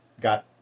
got